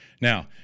Now